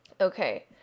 okay